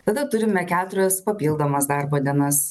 tada turime keturias papildomas darbo dienas